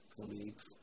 colleagues